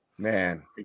Man